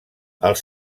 els